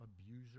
abuser